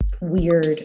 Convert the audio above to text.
weird